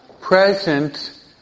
present